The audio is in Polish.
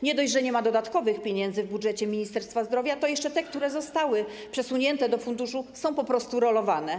Nie dość, że nie ma dodatkowych pieniędzy w budżecie Ministerstwa Zdrowia, to jeszcze te, które zostały przesunięte do funduszu, są po prostu rolowane.